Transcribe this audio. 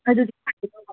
ꯑꯗꯨꯗꯤ